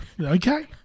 Okay